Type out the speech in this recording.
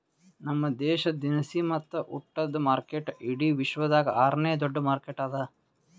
ನಮ್ ದೇಶ ದಿನಸಿ ಮತ್ತ ಉಟ್ಟದ ಮಾರ್ಕೆಟ್ ಇಡಿ ವಿಶ್ವದಾಗ್ ಆರ ನೇ ದೊಡ್ಡ ಮಾರ್ಕೆಟ್ ಅದಾ